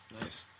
nice